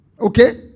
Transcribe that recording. Okay